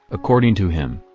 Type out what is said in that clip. according to him,